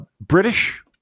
British